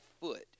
foot